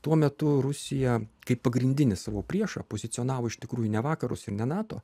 tuo metu rusija kaip pagrindinį savo priešą pozicionavo iš tikrųjų ne vakarus ir ne nato